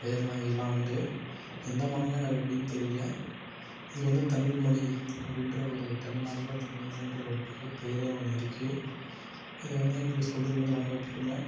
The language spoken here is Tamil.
பேரில் இதெலாம் உண்டு எந்த மாநிலம் எப்படினு தெரியலை இது வந்து தமிழ்மொழி அப்படிகிற ஒரு தமிழ் நாட்டுக்கு ஒரு தமிழ் மொழிகிற ஒரு பெரிய பேரே ஒன்று இருக்குது இதை வந்து எங்களுக்கு சொல்வதுக்கு வந்து ரொம்ப பெருமை